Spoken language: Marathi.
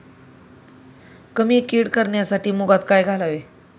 कीड कमी करण्यासाठी मुगात काय घालावे?